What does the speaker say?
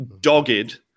dogged